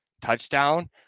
touchdown